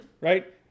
right